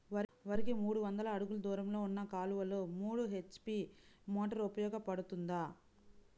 వరికి మూడు వందల అడుగులు దూరంలో ఉన్న కాలువలో మూడు హెచ్.పీ మోటార్ ఉపయోగపడుతుందా?